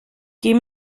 geh